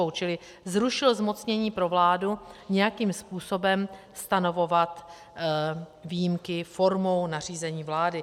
Čili zrušil zmocnění pro vládu nějakým způsobem stanovovat výjimky formou nařízení vlády.